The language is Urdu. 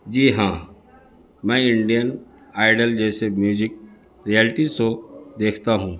جی ہاں میں انڈین آئیڈل جیسے میوزک رئلٹی سو دیکھتا ہوں